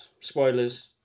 spoilers